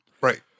Right